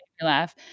laugh